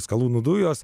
skalūnų dujos